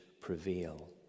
prevail